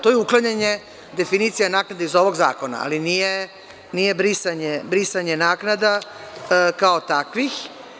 To je uklanjanje definicije naknade iz ovog zakona, ali nije brisanje naknada kao takvih.